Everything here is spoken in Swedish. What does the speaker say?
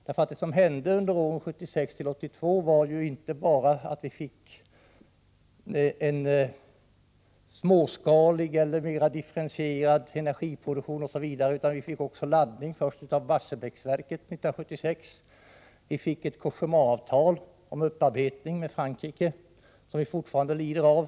Vad som: hände åren 1976-1982 var inte bara att vi bl.a. fick en mera småskalig eller mera differentierad energiproduktion, utan vi fick också laddningen av Barsebäcksverket 1976, vidare ett Cogéma-avtal med Frankrike om upparbetning, ett avtal som vi fortfarande lider av.